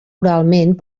oralment